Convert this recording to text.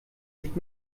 nicht